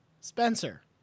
Spencer